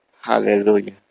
Hallelujah